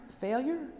failure